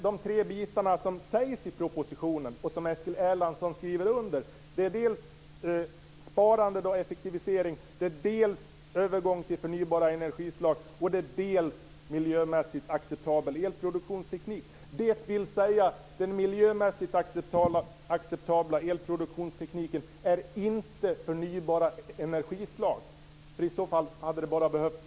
De tre delar som nämns i propositionen och som Eskil Erlandsson skriver under på är för det första sparande och effektivisering, för det andra övergång till förnybara energislag och för det tredje miljömässigt acceptabel elproduktionsteknik. Det innebär att den miljömässigt acceptabla elproduktionstekniken inte är det samma som förnybara energislag. I så fall hade bara de två första delarna behövts.